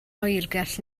oergell